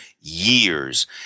years